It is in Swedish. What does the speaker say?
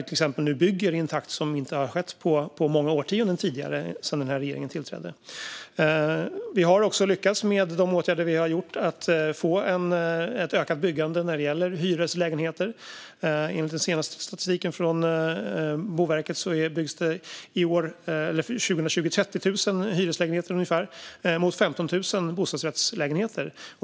Till exempel bygger vi nu, sedan den här regeringen tillträdde, i en takt som vi inte har sett på många årtionden. Vi har också, med de åtgärder vi har gjort, lyckats få ett ökat byggande när det gäller hyreslägenheter. Enligt den senaste statistiken från Boverket byggdes det ungefär 30 000 hyreslägenheter under 2020. Samtidigt byggdes 15 000 bostadsrättslägenheter.